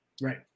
Right